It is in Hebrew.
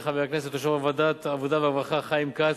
חבר הכנסת יושב-ראש ועדת העבודה והרווחה חיים כץ,